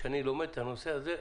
כשאני לומד את הנושא הזה,